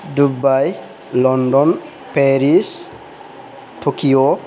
Dubai London Paris Tokyo